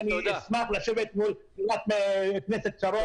ואני אשמח לשבת מול חברת הכנסת שרן,